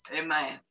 Amen